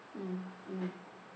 mm mm